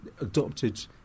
adopted